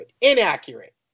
Inaccurate